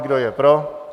Kdo je pro?